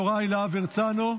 חבר הכנסת יוראי להב הרצנו,